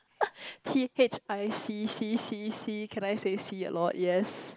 T_H_I_C C C C can I say C a lot yes